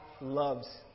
loves